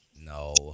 No